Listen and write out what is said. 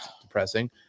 depressing